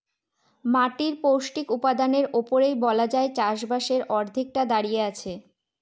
মাটির পৌষ্টিক উপাদানের উপরেই বলা যায় চাষবাসের অর্ধেকটা দাঁড়িয়ে আছে